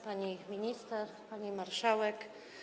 Pani Minister! Pani Marszałek!